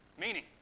Meaning